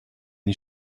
you